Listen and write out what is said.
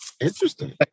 Interesting